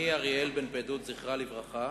אני, אריאל בן פדות זכרה לברכה